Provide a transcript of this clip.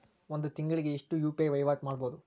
ಒಂದ್ ತಿಂಗಳಿಗೆ ಎಷ್ಟ ಯು.ಪಿ.ಐ ವಹಿವಾಟ ಮಾಡಬೋದು?